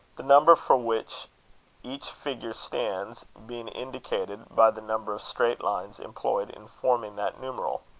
the number for which each figure stands being indicated by the number of straight lines employed in forming that numeral.